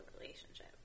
relationship